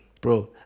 bro